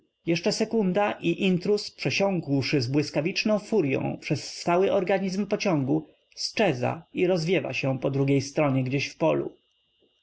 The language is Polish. jeszcze sekunda i intruz przesiąkłszy z błyskaw iczną furyą przez stały organizm pociągu zczeza i rozw iew a się po drugiej stronie gdzieś w polu